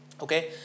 okay